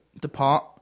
depart